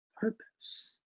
purpose